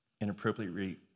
inappropriately